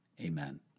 Amen